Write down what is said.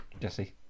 Jesse